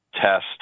test